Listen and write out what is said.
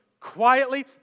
quietly